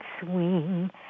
swing